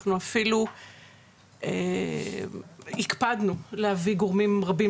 אנחנו אפילו הקפדנו להביא גורמים רבים